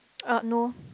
uh no